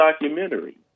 documentary